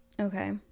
okay